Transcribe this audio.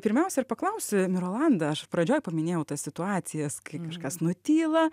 pirmiausia ir paklausiu mirolandą aš pradžioj paminėjau tas situacijas kai kažkas nutyla